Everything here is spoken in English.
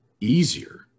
easier